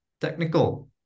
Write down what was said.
technical